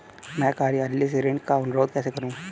मैं कार्यालय से ऋण का अनुरोध कैसे करूँ?